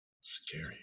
Scary